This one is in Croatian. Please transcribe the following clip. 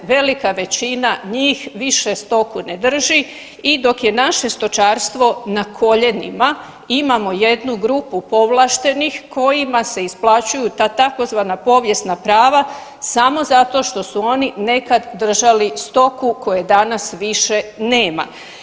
Velika većina njih više stoku ne drži i dok je naše stočarstvo na koljenima imamo jednu grupu povlaštenih kojima se isplaćuju ta tzv. povijesna prava samo zato što su oni nekad držali stoku koje danas više nema.